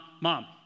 mom